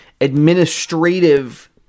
administrative